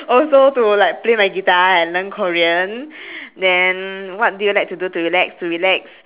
also to like play my guitar and learn korean then what do you like to do to relax to relax